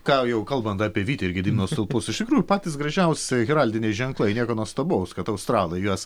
ką jau kalbant apie vytį ir gedimino stulpus iš tikrųjų patys gražiausi heraldiniai ženklai nieko nuostabaus kad australai juos